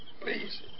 Please